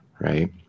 Right